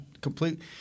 complete